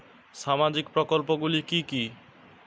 সামাজিক প্রকল্পগুলি কি কি?